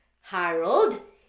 Harold